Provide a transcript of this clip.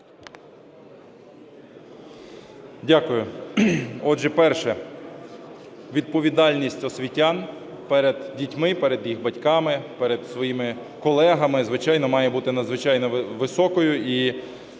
Дякую. Отже, перше. Відповідальність освітян перед дітьми і перед їх батьками, і перед своїми колегами, звичайно, має бути надзвичайно високою.